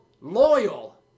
loyal